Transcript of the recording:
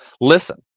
Listen